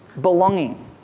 belonging